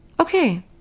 okay